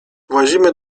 włazimy